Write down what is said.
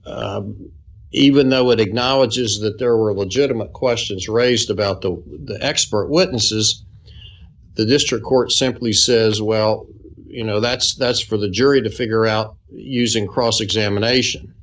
credit even though it acknowledges that there are legitimate questions raised about the the expert witnesses the district court simply says well you know that's that's for the jury to figure out using cross examination